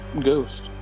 ghost